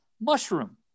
mushroom